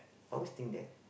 always think that